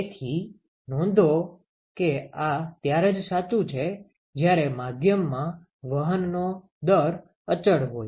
તેથી નોંધો કે આ ત્યારે જ સાચું છે જ્યારે માધ્યમમાં વહનનો દર અચળ હોય